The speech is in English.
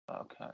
Okay